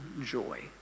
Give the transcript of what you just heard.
joy